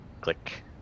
Click